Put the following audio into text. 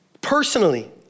personally